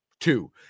two